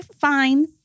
fine